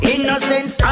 Innocence